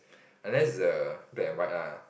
unless it's a black and white lah